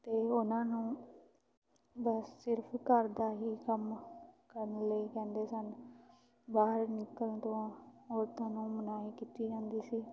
ਅਤੇ ਉਹਨਾਂ ਨੂੰ ਬਸ ਸਿਰਫ਼ ਘਰ ਦਾ ਹੀ ਕੰਮ ਕਰਨ ਲਈ ਕਹਿੰਦੇ ਸਨ ਬਾਹਰ ਨਿਕਲਣ ਤੋਂ ਔਰਤਾਂ ਨੂੰ ਮਨਾਹੀ ਕੀਤੀ ਜਾਂਦੀ ਸੀ